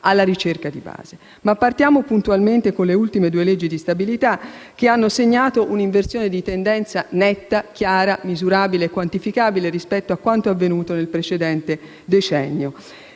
alla ricerca di base. Partiamo però puntualmente dalle ultime due leggi di stabilità, che hanno segnato un' inversione di tendenza netta, chiara, misurabile e quantificabile rispetto a quanto avvenuto nel precedente decennio.